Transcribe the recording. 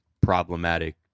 problematic